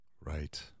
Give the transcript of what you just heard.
Right